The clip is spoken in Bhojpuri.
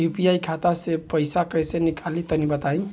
यू.पी.आई खाता से पइसा कइसे निकली तनि बताई?